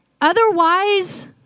Otherwise